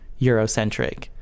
Eurocentric